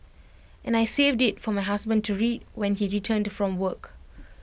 and I saved IT for my husband to read when he returned from work